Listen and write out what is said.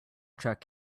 truck